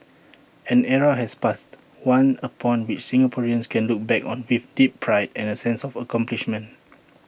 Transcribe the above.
an era has passed one upon which Singaporeans can look back on with deep pride and A sense of accomplishment